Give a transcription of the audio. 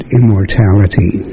immortality